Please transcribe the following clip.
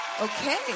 Okay